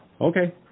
okay